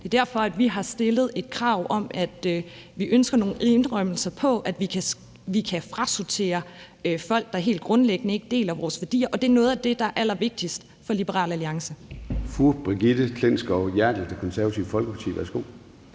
Det er derfor, at vi har stillet et krav om, at vi ønsker nogle indrømmelser, i forhold til at vi kan frasortere folk, der helt grundlæggende ikke deler vores værdier. Det er noget af det, der allervigtigst for Liberal Alliance. Kl. 11:15 Formanden (Søren Gade): Fru Brigitte Klintskov Jerkel, Det Konservative Folkeparti. Værsgo.